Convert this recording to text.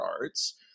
arts